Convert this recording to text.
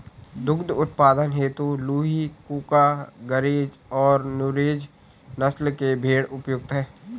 दुग्ध उत्पादन हेतु लूही, कूका, गरेज और नुरेज नस्ल के भेंड़ उपयुक्त है